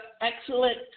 excellent